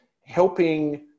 helping